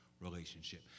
relationship